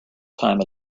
time